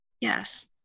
Yes